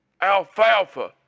alfalfa